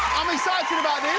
i'm excited about this